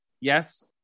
Yes